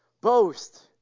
boast